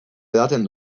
edaten